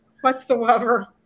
whatsoever